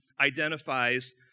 identifies